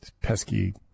pesky